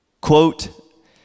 quote